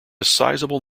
sizeable